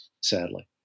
sadly